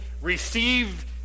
receive